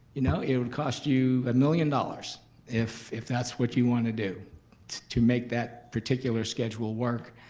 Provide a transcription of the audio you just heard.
you know, it would cost you a million dollars if if that's what you want to do to make that particular schedule work.